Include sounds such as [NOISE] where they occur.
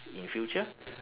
in future [BREATH]